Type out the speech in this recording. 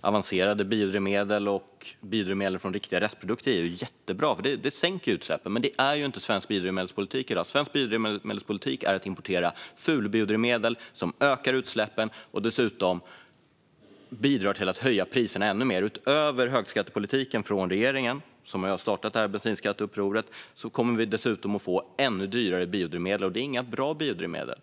Avancerade biodrivmedel och biodrivmedel från riktiga restprodukter är jättebra eftersom de sänker utsläppen. Men det är inte svensk biodrivmedelspolitik i dag. Svensk biodrivmedelspolitik är att importera fulbiodrivmedel som ökar utsläppen och dessutom bidrar till att höja priserna ännu mer. Utöver den högskattepolitik från regeringen som ju har startat bensinskatteupproret kommer vi dessutom att få ännu dyrare biodrivmedel. Det är enligt forskningen inga bra biodrivmedel.